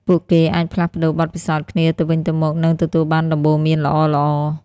ពួកគេអាចផ្លាស់ប្តូរបទពិសោធន៍គ្នាទៅវិញទៅមក និងទទួលបានដំបូន្មានល្អៗ។